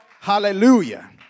Hallelujah